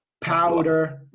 powder